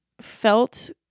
felt